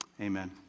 amen